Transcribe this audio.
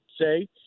say –